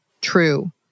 true